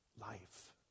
life